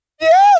Yes